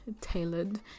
tailored